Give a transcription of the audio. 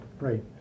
Right